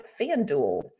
FanDuel